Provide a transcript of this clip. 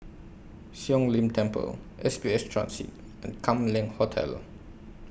Siong Lim Temple S B S Transit and Kam Leng Hotel